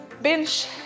bench